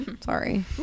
Sorry